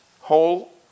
whole